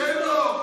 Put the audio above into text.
תן לו.